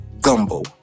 Gumbo